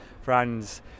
friends